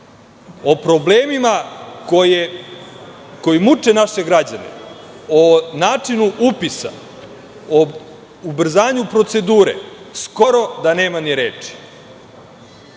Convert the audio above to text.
O problemima koji muče naše građane, o načinu upisa, o ubrzanju procedure skoro da nema ni reči.